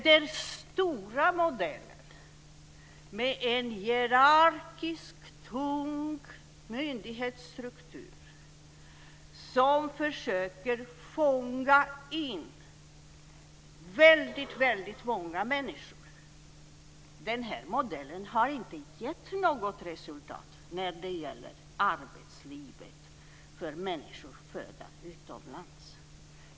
Den stora modellen med en hierarkisk tung myndighetsstruktur som försöker fånga in väldigt många människor har inte gett något resultat när det gäller arbetslivet för människor födda utomlands.